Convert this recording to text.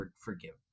forgive